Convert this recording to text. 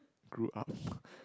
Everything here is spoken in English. grew up